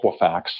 Equifax